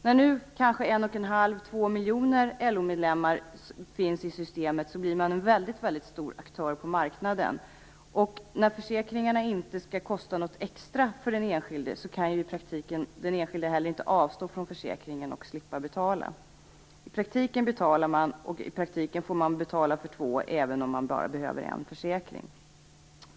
När nu kanske 11⁄2-2 miljoner LO-medlemmar finns i systemet blir man en väldigt stor aktör på marknaden. När försäkringarna inte skall kosta något extra för den enskilde kan den enskilde i praktiken inte heller avstå från försäkringen och slippa betala. I praktiken betalar man. Man får också betala för två personer även om man bara behöver en försäkring.